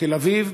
בתל-אביב,